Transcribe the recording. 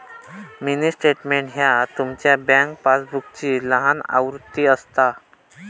mini statement ह्या तुमचा bank पासबुकची लहान आवृत्ती असता